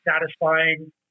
satisfying